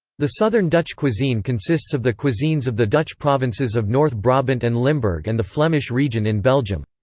the southern dutch cuisine consists of the cuisines of the dutch provinces of north brabant and limburg and the flemish region in belgium.